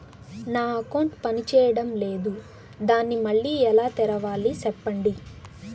నా అకౌంట్ పనిచేయడం లేదు, దాన్ని మళ్ళీ ఎలా తెరవాలి? సెప్పండి